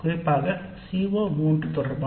குறிப்பாக CO3 தொடர்பான